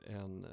en